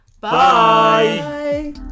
bye